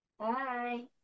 Hi